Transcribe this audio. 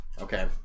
Okay